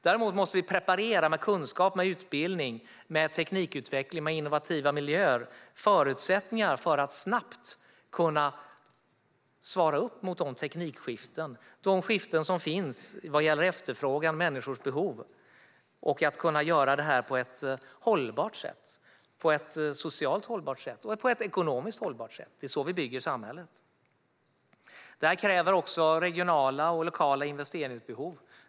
Däremot måste vi preparera med kunskap, utbildning, teknikutveckling och innovativa miljöer - förutsättningar för att snabbt kunna svara upp mot teknikskiften och de skiften som finns vad gäller efterfrågan och människors behov. Det måste kunna göras på ett socialt och ekonomiskt hållbart sätt. Det är så vi bygger samhället. Detta kräver också regionala och lokala investeringar.